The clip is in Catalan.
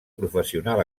professional